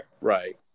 Right